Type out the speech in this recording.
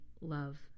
love